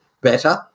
better